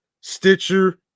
Stitcher